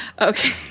Okay